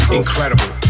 incredible